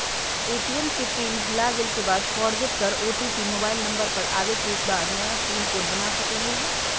ATM के pin भुलागेल के बाद फोरगेट कर ओ.टी.पी मोबाइल नंबर पर आवे के बाद नया पिन कोड बना सकलहु ह?